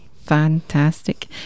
fantastic